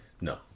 No